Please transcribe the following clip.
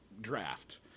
draft